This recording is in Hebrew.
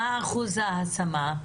מה אחוז ההשמה?